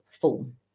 form